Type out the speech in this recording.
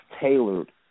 tailored